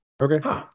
Okay